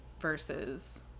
versus